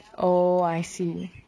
oh I see